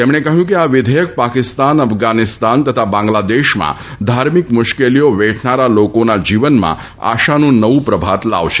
તેમણે કહ્યું કે આ વિઘેચક પાકિસ્તાન અફઘાનિસ્તાન તથા બાંગ્લાદેશમાં ધાર્મિક મુશ્કેલીઓ વેઠનારા લોકોના જીવનમાં આશાનું નવું પ્રભાત લાવશે